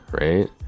right